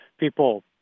people